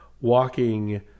walking